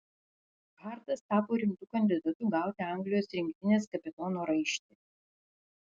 hartas tapo rimtu kandidatu gauti anglijos rinktinės kapitono raištį